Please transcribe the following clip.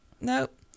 nope